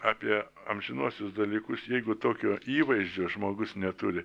apie amžinuosius dalykus jeigu tokio įvaizdžio žmogus neturi